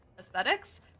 aesthetics